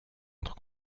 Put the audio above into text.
entre